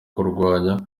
kurwanya